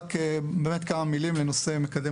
רק כמה מילים בנושא מקדם